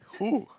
who